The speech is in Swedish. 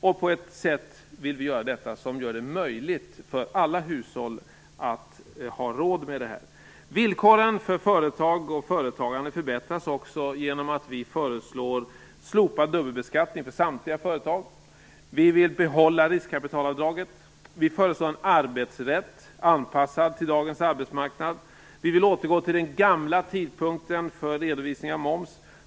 Vi vill göra detta på ett sätt som gör det möjligt för alla hushåll att ha råd. Villkoren för företag och företagande förbättras också genom att vi föreslår slopad dubbelbeskattning för samtliga företag. Vi vill behålla riskkapitalavdraget. Vi föreslår en arbetsrätt som är anpassad till dagens arbetsmarknad. Vi vill återgå till den gamla tidpunkten för redovisning av moms.